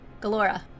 Galora